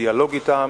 בדיאלוג אתם,